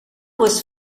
was